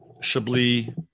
Chablis